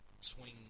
swing